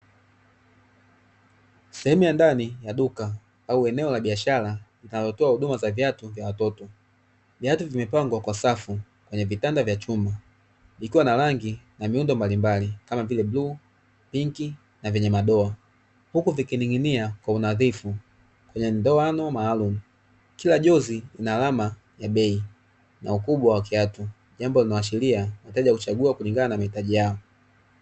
Sehemu ya ndani ya duka au eneo la biashara, linalotoa huduma za viatu vya watoto viatu vimepangwa kwa safu kwenye vitanda vya chuma, ikiwa na rangi na miundo mbalimbali kama vile bluu,e pinki na vyenye madoa huku vikining'inia kwa unadhifu kwenye ndoano maalum kila jozi na alama ya bei na ukubwa wa kiatu jambo limewashiria wataja kuchagua kulingana na mahitaji yao.